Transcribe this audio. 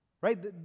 right